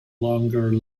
longer